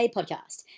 Podcast